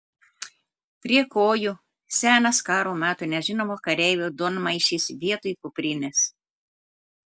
prie kojų senas karo metų nežinomo kareivio duonmaišis vietoj kuprinės